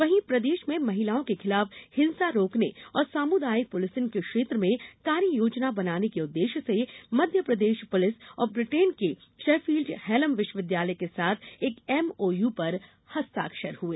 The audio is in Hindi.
वहीं प्रदेश में महिलाओं के खिलाफ हिंसा रोकने और सामुदायिक पुलिसिंग के क्षेत्र में कार्ययोजना बनाने के उद्देश्य से मध्यप्रदेश प्रलिस और ब्रिटेन के शैफील्ड हैलम विश्वविद्यालय के साथ एक एमओयू पर हस्ताक्षर हुए